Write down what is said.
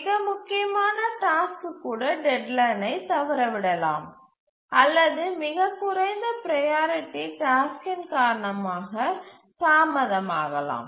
மிக முக்கியமான டாஸ்க் கூட டெட்லைனை தவறவிடலாம் அல்லது மிகக் குறைந்த ப்ரையாரிட்டி டாஸ்க்கின் காரணமாக தாமதமாகலாம்